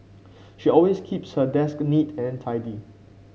she always keeps her desk neat and tidy